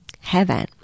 heaven